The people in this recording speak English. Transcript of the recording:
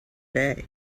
day